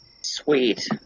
Sweet